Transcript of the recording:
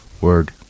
Word